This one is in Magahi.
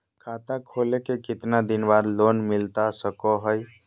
खाता खोले के कितना दिन बाद लोन मिलता सको है?